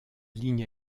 ligne